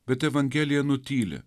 bet evangelija nutyli